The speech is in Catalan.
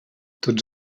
tots